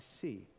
see